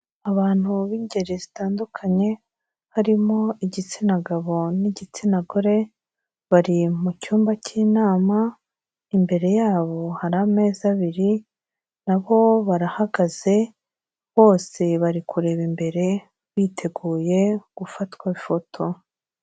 Abantu b'ingeri zitandukanye, harimo igitsina gabo n'igitsina gore, bari mu cyumba cy'inama, imbere yabo hari amezi abiri, na bo barahagaze, bose bari kureba imbere biteguye gufatwa ifoto.